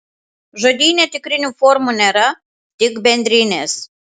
žodyne tikrinių formų nėra tik bendrinės